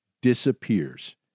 disappears